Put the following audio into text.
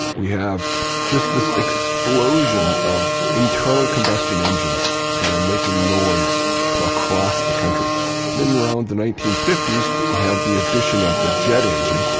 we have just this explosion of internal combustion engines that are making noise across the country then around the nineteen fifty s we have the addition of the jet engine,